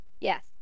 Yes